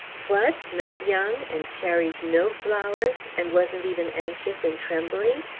what! not young, and carried no flowers and wasn't even anxious and trembling?